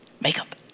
Makeup